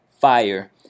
fire